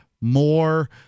more